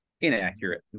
inaccurate